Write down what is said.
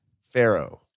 Pharaoh